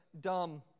dumb